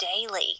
daily